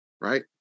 Right